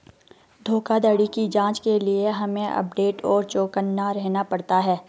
धोखाधड़ी की जांच के लिए हमे अपडेट और चौकन्ना रहना पड़ता है